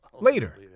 later